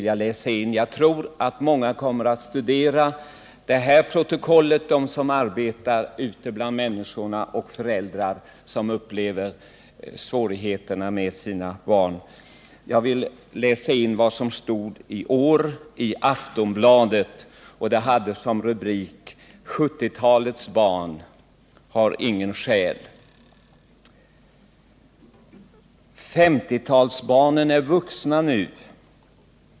Jag tror att många människor som arbetar ute på fältet och föräldrar som upplever svårigheter med sina barn kommer att studera protokollet från dagens debatt. I en artikel i Aftonbladet i år med rubriken ”70-talets barn har ingen själ” står följande: ”50-talsbarnen är vuxna nu.